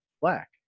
black